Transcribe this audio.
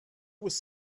was